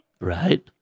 right